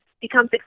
become